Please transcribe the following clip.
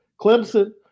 Clemson